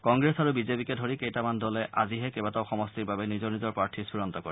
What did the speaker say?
কংগ্ৰেছ আৰু বিজেপিকে ধৰি কেইটামান দলে আজিহে কেইবাটাও সমষ্টিৰ বাবে নিজৰ নিজৰ প্ৰাৰ্থী চূড়ান্ত কৰে